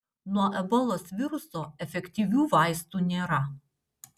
nuo ebolos viruso efektyvių vaistų nėra